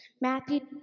Matthew